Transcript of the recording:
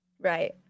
Right